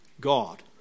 God